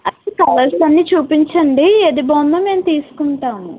అది కలర్స్ అన్నీ చూపించండి ఏది బాగుందో మేము తీసుకుంటాము